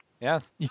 Yes